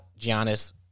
Giannis